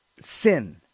sin